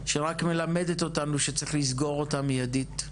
שרק מלמדת אותנו שצריך לסגור אותה מיידית.